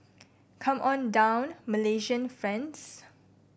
come on down Malaysian friends